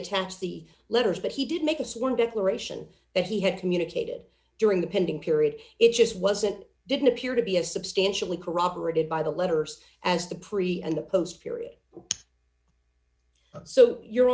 attached the letters but he did make a sworn declaration that he had communicated during the pending period it just wasn't didn't appear to be of substantially corroborated by the letters as the pre and the post period so you